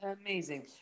Amazing